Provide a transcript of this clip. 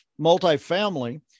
multifamily